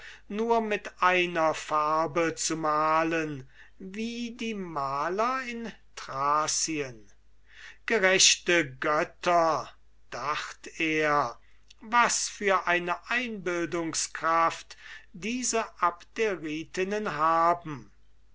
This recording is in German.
nur mit einer farbe zu malen wie die maler in thracien gerechte götter dacht er was für eine einbildungskraft diese abderitinnen haben